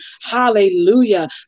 Hallelujah